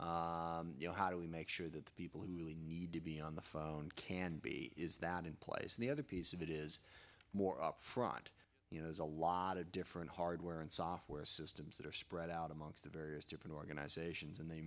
you know how do we make sure that the people who really need to be on the phone can be is that in place and the other piece of it is more up front you know a lot of different hardware and software systems that are spread out amongst the various different organizations and they